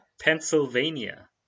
Pennsylvania